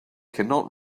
cannot